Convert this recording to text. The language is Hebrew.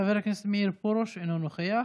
חבר הכנסת מאיר פרוש, אינו נוכח.